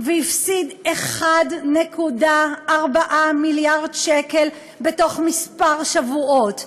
והפסיד 1.4 מיליארד שקל בתוך מספר שבועות,